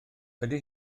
ydy